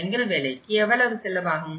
செங்கல் வேலைக்கு எவ்வளவு செலவாகும்